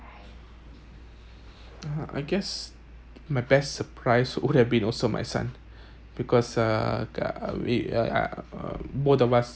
(uh huh) I guess my best surprise would have been also my son because uh we uh I err both of us